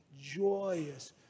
joyous